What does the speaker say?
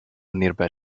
nearby